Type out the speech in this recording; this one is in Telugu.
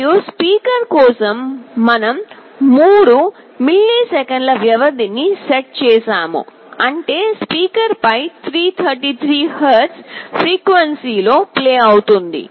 మరియు స్పీకర్ కోసం మనం 3 మిల్లీసెకన్ల వ్యవధిని సెట్ చేసాము అంటే స్పీకర్పై 333 Hz ఫ్రీక్వెన్సీలో ప్లే అవుతుంది